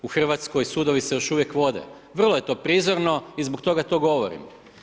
U Hrvatskoj sudovi se još uvijek vode, vrlo je to prizemno i zbog toga to govorim.